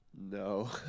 No